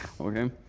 Okay